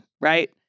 right